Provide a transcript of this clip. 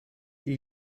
die